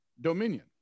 dominion